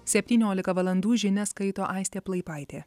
septyniolika valandų žinias skaito aistė plaipaitė